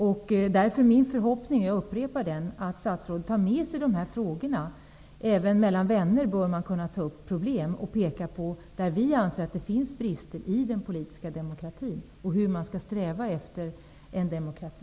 Därför upprepar jag min förhoppning att statsrådet tar med sig dessa frågor. Även vänner emellan bör man kunna ta upp problem och peka på de brister som vi anser finns i den politiska demokratin och tala om hur man skall sträva efter en demokrati.